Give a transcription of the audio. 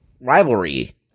rivalry